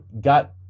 got